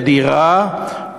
למחיר דירה בארצות-הברית,